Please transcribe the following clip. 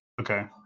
Okay